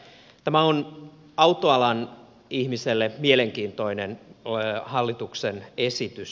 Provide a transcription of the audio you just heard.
tämä on autoalan ihmiselle mielenkiintoinen hallituksen esitys